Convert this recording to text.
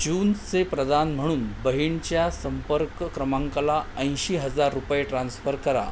जूनचे प्रदान म्हणून बहिणीच्या संपर्क क्रमांकाला ऐंशी हजार रुपये ट्रान्स्फर करा